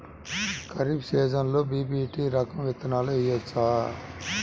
ఖరీఫ్ సీజన్లో బి.పీ.టీ రకం విత్తనాలు వేయవచ్చా?